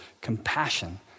Compassion